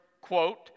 quote